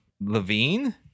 Levine